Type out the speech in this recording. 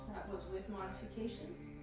was with modifications.